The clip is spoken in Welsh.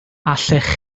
allech